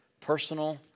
Personal